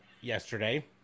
yesterday